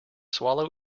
swallow